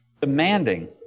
Demanding